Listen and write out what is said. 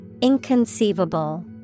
Inconceivable